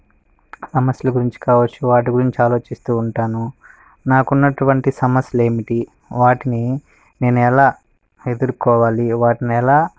సమస్యలు గురించి కావచ్చు వాటి గురించి ఆలోచిస్తు ఉంటాను నాకు ఉన్నటువంటి సమస్యలు ఏమిటి వాటిని నేను ఎలా ఎదుర్కోవాలి వాటిని ఎలా